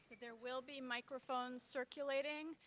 there will be microphones circulating.